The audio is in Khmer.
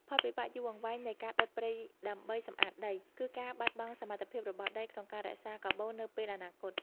ផលវិបាកយូរអង្វែងនៃការដុតព្រៃដើម្បីសម្អាតដី គឺការបាត់បង់សមត្ថភាពរបស់ដីក្នុងការរក្សាកាបូននៅពេលអនាគត។